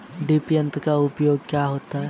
Drip तंत्र का उपयोग कहाँ होता है?